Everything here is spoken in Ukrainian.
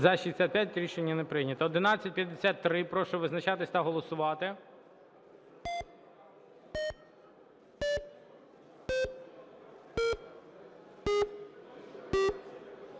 За-65 Рішення не прийнято. 1153. Прошу визначатись та голосувати.